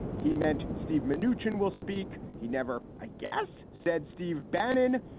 he meant steve manoogian will speak. he never, i guess, said steve bannon,